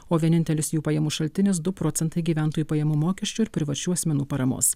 o vienintelis jų pajamų šaltinis du procentai gyventojų pajamų mokesčio ir privačių asmenų paramos